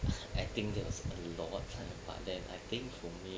I think there was a lot but then I think for me